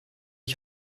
ich